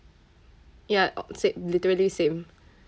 ya o~ sa~ literally same